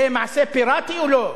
זה מעשה פיראטי או לא?